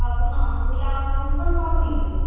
अपना जिलामे कोन कोन पाबनि होइ छै